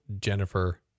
Jennifer